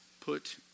put